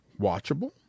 watchable